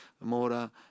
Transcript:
Mora